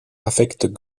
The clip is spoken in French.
affectent